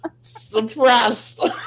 Suppressed